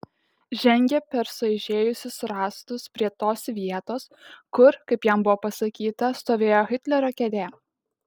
žengė per sueižėjusius rąstus prie tos vietos kur kaip jam buvo sakyta stovėjo hitlerio kėdė